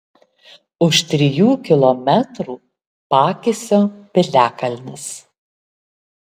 už trijų kilometrų pakisio piliakalnis